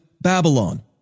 Babylon